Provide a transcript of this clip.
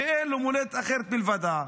שאין לו מולדת אחרת מלבדה.